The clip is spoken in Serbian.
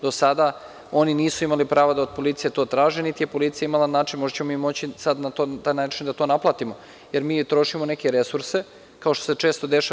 Do sada oni nisu imali pravo da od policije to traže, niti je policija imala način, možda ćemo mi moći da sada na taj način to naplatimo, jer mi trošimo neke resurse, kao što se često dešava.